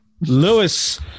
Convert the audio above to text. Lewis